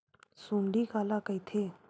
सुंडी काला कइथे?